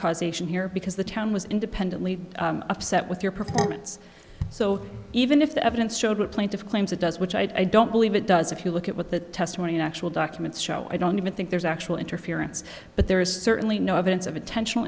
causation here because the town was independently upset with your performance so even if the evidence showed the plaintiff claims it does which i don't believe it does if you look at what the testimony and actual documents show i don't even think there's actual interference but there is certainly no evidence of intentional